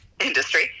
industry